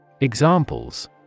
Examples